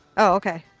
okay.